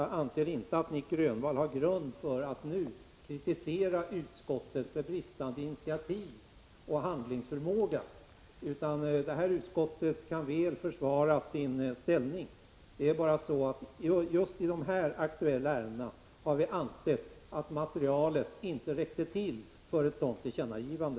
Jag anser därför inte att Nic Grönvall har grund för att nu kritisera utskottet för bristande initiativoch handlingsförmåga. Lagutskottet kan väl försvara sin ställning. Det är bara så att vi just när det gäller de nu aktuella ärendena inte har ansett att materialet räckte till för ett sådant tillkännagivande.